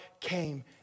came